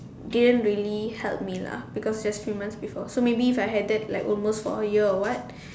didn't really help me lah because it was few months before so maybe if I had that like almost for a year or what